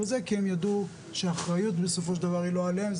וזה כי הם ידעו שהאחריות בסופו של דבר היא לא עליהם,